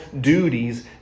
duties